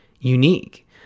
unique